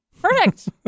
perfect